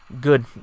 good